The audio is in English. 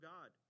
God